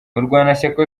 murwanashyaka